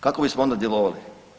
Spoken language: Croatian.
Kako bismo onda djelovali?